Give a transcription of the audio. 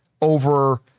over